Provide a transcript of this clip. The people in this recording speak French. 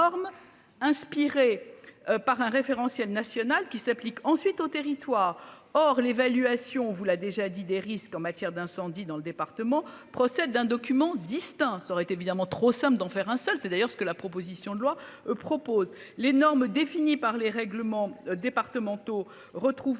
inspiré par un référentiel national qui s'applique ensuite au territoire. Or l'évaluation on vous l'a déjà dit des risques en matière d'incendie dans le département. Procès d'un document distinct, ça aurait été évidemment trop somme d'en faire un seul. C'est d'ailleurs ce que la proposition de loi propose les normes définies par les règlements départementaux retrouve